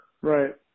Right